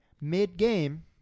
mid-game